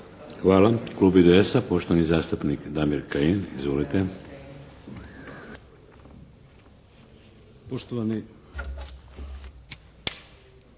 (HDZ)** Klub IDS-a, poštovani zastupnik Damir Kajin. Izvolite!